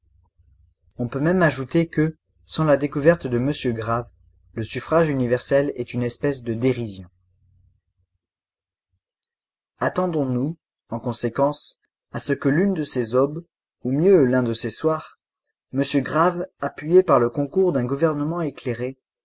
on peut même ajouter que sans la découverte de m grave le suffrage universel est une espèce de dérision attendons nous en conséquence à ce que l'une de ces aubes ou mieux l'un de ces soirs m grave appuyé par le concours d'un gouvernement éclairé